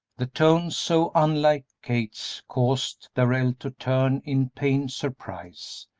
the tones, so unlike kate's, caused darrell to turn in pained surprise.